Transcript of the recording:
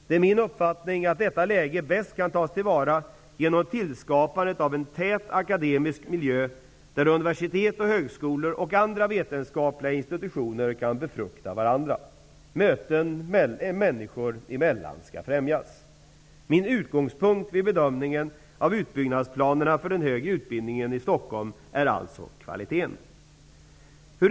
Det är min uppfattning att detta läge bäst kan tas till vara genom tillskapandet av en tät akademisk miljö där universitet och högskolor och andra vetenskapliga institutioner kan befrukta varandra. Möten människor emellan skall främjas. Min utgångspunkt vid bedömningen av utbyggnadsplanerna för den högre utbildningen i Stockholmsregionen är alltså kvalitet.